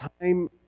time